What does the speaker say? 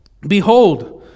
Behold